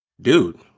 Dude